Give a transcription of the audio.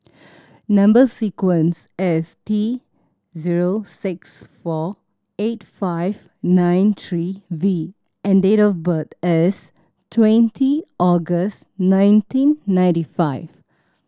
number sequence is T zero six four eight five nine three V and date of birth is twenty August nineteen ninety five